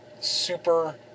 super